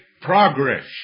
progress